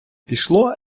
пішло